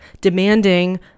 demanding